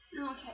Okay